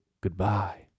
Goodbye